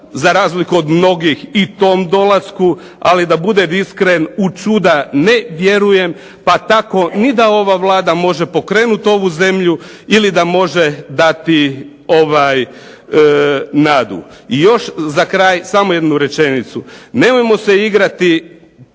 za razliku od mnogih i tom dolasku. Ali da budem iskren u čuda ne vjerujem, pa tako ni da ova Vlada može pokrenuti ovu zemlju ili da može dati nadu. I još za kraj, samo jednu rečenicu. Nemojmo se igrati